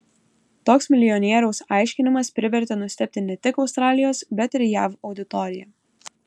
toks milijonieriaus aiškinimas privertė nustebti ne tik australijos bet ir jav auditoriją